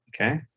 okay